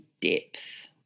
depth